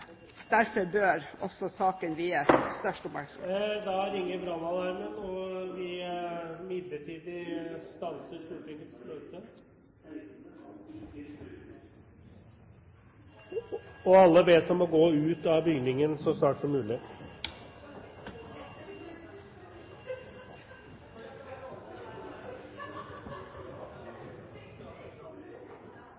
Derfor bør saken vies den største oppmerksomhet. Da stanser vi midlertidig Stortingets møte. Alle bes om å gå ut av bygningen så snart som mulig.